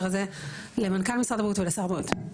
הזה למנכ"ל משרד הבריאות ולשר הבריאות.